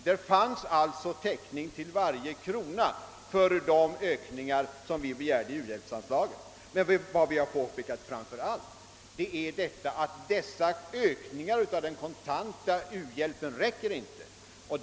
Där finns alltså täckning till varje krona för de ökningar som vi begärde i uhjälpsanslag. Men vad vi framför allt påpekat är att dessa ökningar av den kontanta uhjälpen inte räcker.